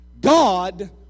God